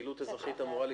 פעילות אזרחית אמורה להיפסק.